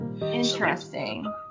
Interesting